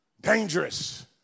Dangerous